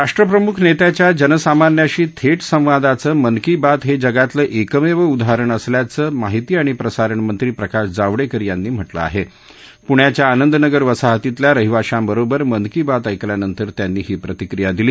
राष्ट्रप्रमुख नस्याच्या जनसामान्यांशी थेटसंवादाचं मन की बात ह अगातलं एकमधीउदाहरण असल्याचं माहिती आणि प्रसारण मंत्री प्रकाश जावडक्कर यांनी म्हटलं आहा पुण्याच्या आनंदनगर वसाहतीतल्या रहिवाशांवरोबर मन की बात ऐकल्यानंतर त्यांनी ही प्रतिक्रीया दिली